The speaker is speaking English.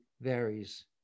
varies